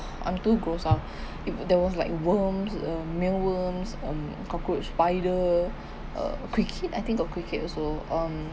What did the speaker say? I'm too gross up it there was like worms um meal worms um cockroach spider uh cricket I think of cricket also um